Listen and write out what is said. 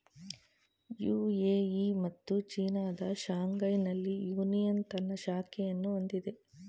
UAE ಮತ್ತು ಚೀನಾದ ಶಾಂಘೈನಲ್ಲಿ ಯೂನಿಯನ್ ತನ್ನ ಶಾಖೆಯನ್ನು ಹೊಂದಿದೆ